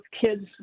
kids